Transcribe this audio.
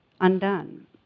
undone